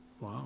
Wow